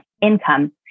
income